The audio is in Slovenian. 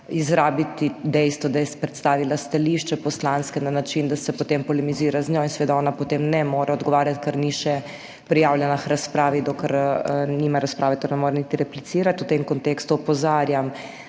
in izrabiti dejstvo, da je predstavila stališče poslanske na način, da se potem polemizira z njo in seveda ona potem ne more odgovarjati, ker ni še prijavljena k razpravi, dokler nima razprave, torej ne more niti replicirati. V tem kontekstu opozarjam,